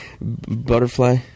Butterfly